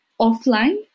offline